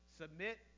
submit